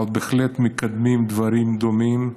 אבל בהחלט מקדמים דברים דומים.